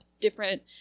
different